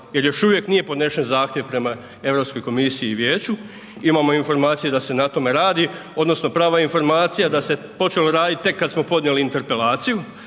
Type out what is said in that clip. jer još uvijek nije podnesen zahtjev prema Europskoj komisiji i vijeću, imamo informacije da se na tome radi odnosno prava informacije da se počelo radit tek kad smo podnijeli interpelaciju